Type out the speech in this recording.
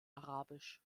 arabisch